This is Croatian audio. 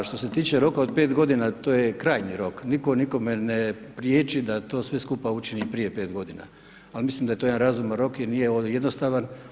A što se tiče roka od 5 g., to je krajnji rok, nitko nikome ne prijeći da to sve skupa učini prije 5 g. Ali mislim da je to jedan razuman rok jer nije jednostavan.